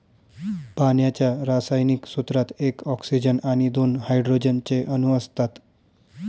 पाण्याच्या रासायनिक सूत्रात एक ऑक्सीजन आणि दोन हायड्रोजन चे अणु असतात